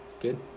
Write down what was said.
good